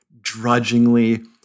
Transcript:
drudgingly